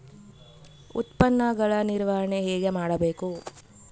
ಉತ್ಪನ್ನಗಳ ನಿರ್ವಹಣೆ ಹೇಗೆ ಮಾಡಬೇಕು?